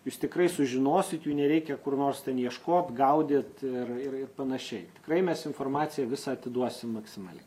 jūs tikrai sužinosit jų nereikia kur nors ten ieškot gaudyt ir ir ir panašiai tikrai mes informaciją visą atiduosim maksimaliai